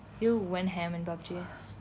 you went ham in PUB_G